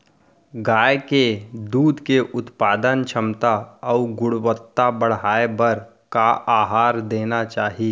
गाय के दूध के उत्पादन क्षमता अऊ गुणवत्ता बढ़ाये बर का आहार देना चाही?